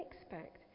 expect